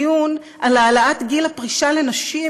דיון על העלאת גיל הפרישה לנשים,